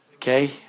Okay